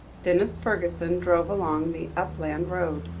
denis fergusson drove along the upland road.